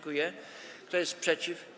Kto jest przeciw?